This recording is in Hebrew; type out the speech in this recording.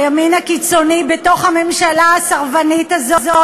הימין הקיצוני בתוך הממשלה הסרבנית הזאת